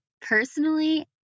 personally